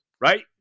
Right